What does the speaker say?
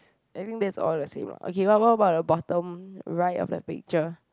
everything is all the same ah okay what what what about the bottom right of the picture